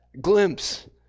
glimpse